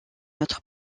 notre